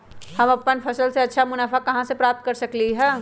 हम अपन फसल से अच्छा मुनाफा कहाँ से प्राप्त कर सकलियै ह?